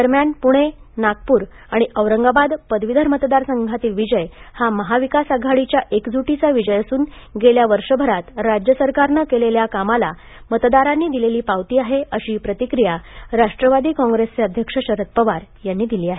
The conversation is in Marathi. दरम्यान पुणे नागपूर आणि औरंगाबाद पदवीधर मतदारसंघातील विजय हा महाविकास आघाडीच्या एकजुटीचा विजय असून गेल्या वर्षभरात राज्य सरकारने केलेल्या कामाला मतदारांनी दिलेली पावती आहे अशी प्रतिक्रिया राष्ट्रवादी काँग्रेसचे अध्यक्ष शरद पवार यांनी दिली आहे